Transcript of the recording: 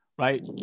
right